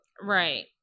Right